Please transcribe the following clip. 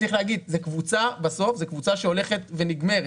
צריך לומר שזו קבוצה שהולכת ונגמרת.